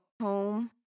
Home